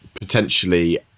potentially